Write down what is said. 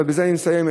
ובזה אני מסיים,